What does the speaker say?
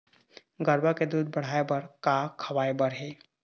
गरवा के दूध बढ़ाये बर का खवाए बर हे?